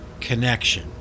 connection